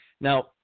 Now